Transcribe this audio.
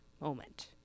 moment